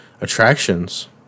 attractions